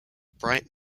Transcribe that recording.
bright